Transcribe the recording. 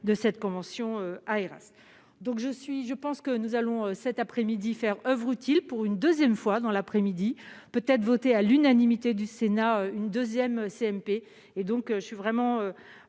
de cette convention, à Arras, donc je suis, je pense que nous allons cet après-midi, faire oeuvre utile pour une 2ème fois dans l'après-midi peut-être voté à l'unanimité du Sénat une 2ème CNP et donc je suis vraiment